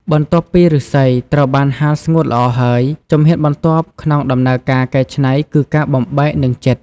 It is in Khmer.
បន្ទាប់ពីឫស្សីត្រូវបានហាលស្ងួតល្អហើយ ជំហានបន្ទាប់ក្នុងដំណើរការកែច្នៃគឺការបំបែក និងចិត។